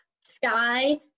Sky